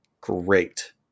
great